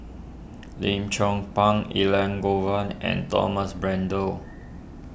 Lim Chong Pang Elangovan and Thomas Braddell